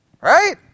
Right